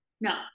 No